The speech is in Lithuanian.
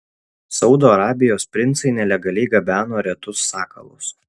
saudo arabijos princai nelegaliai gabeno retus sakalus